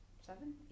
seven